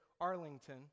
Arlington